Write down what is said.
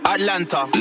Atlanta